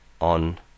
on